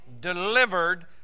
delivered